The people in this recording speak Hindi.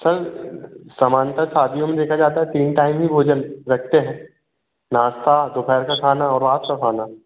सर समान्तर शादियों में देखा जाता है तीन टाइम ही भोजन रखते हैं नाश्ता दोपहर का खाना और रात का खाना